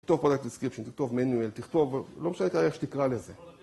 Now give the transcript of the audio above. תכתוב Product Description, תכתוב Manual, תכתוב, לא משנה איך שתקרא לזה.